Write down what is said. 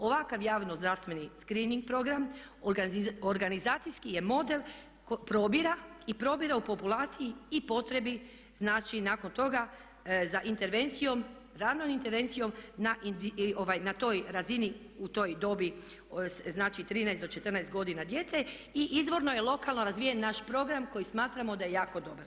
Ovakav javno-zdravstveni screening program organizacijski je model probira i probira u populaciji i potrebi, znači nakon toga za intervencijom, ranom intervencijom na toj razini u toj dobi znači 13 do 14 godina djece i izvorno je lokalno razvijen naš program koji smatramo da je jako dobar.